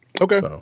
Okay